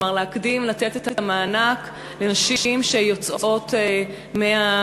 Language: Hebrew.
כלומר להקדים לתת את המענק לנשים שיוצאות מהמקלטים.